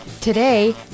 today